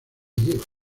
lleva